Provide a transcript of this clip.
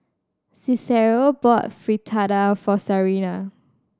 Cicero bought Fritada for Sarina